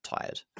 tired